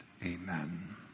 Amen